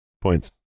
Points